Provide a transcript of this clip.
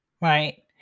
right